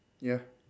ya